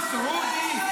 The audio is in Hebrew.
עם סעודי,